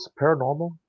paranormal